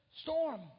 storm